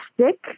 stick